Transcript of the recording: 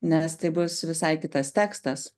nes tai bus visai kitas tekstas